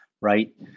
right